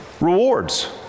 rewards